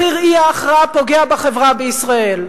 מחיר אי-ההכרעה פוגע בחברה בישראל.